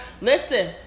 Listen